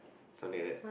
something like that